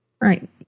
Right